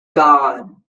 gone